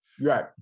Right